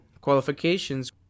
qualifications